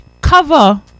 cover